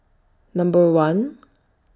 Number one